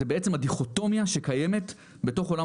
זאת בעצם הדיכוטומיה שקיימת בתוך עולם